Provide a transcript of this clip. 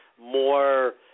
more